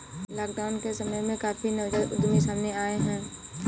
lockdown के समय में काफी नवजात उद्यमी सामने आए हैं